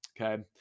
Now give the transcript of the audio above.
okay